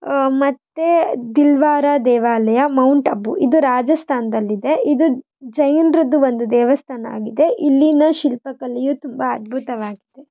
ಮತ್ತು ದಿಲ್ವಾರಾ ದೇವಾಲಯ ಮೌಂಟ್ ಅಬು ಇದು ರಾಜಸ್ಥಾನದಲ್ಲಿದೆ ಇದು ಜೈನರದ್ದು ಒಂದು ದೇವಸ್ಥಾನ ಆಗಿದೆ ಇಲ್ಲಿನ ಶಿಲ್ಪಕಲೆಯು ತುಂಬ ಅದ್ಭುತವಾಗಿದೆ